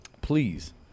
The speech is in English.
Please